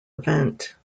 event